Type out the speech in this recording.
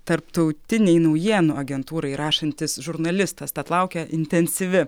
tarptautinei naujienų agentūrai rašantis žurnalistas tad laukia intensyvi